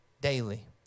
daily